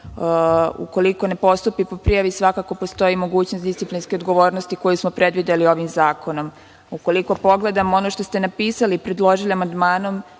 Ukoliko ne postupi po prijavi, svakako postoji mogućnost disciplinske odgovornosti koju smo predvideli ovim zakonom. Ukoliko pogledamo ono što ste napisali, predložili amandmanom,